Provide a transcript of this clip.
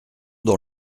dans